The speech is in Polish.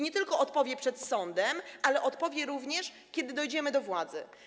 Nie tylko odpowie przed sądem, ale odpowie również, kiedy dojdziemy do władzy.